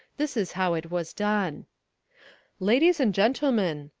this is how it was done ladies and gentlemen,